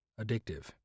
addictive